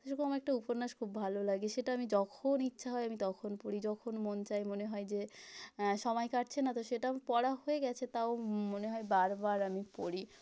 সেরকম আমার একটা উপন্যাস খুব ভালো লাগে সেটা আমি যখন ইচ্ছা হয় আমি তখন পড়ি যখন মন চায় মনে হয় যে সময় কাটছে না তো সেটা পড়া হয়ে গেছে তাও মনে হয় বারবার আমি পড়ি